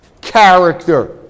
character